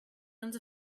runs